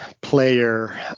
player